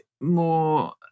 more